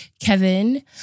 Kevin